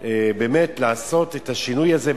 באמת לעשות את השינוי הזה,